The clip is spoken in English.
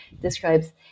describes